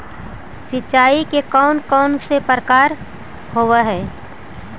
सिंचाई के कौन कौन से प्रकार होब्है?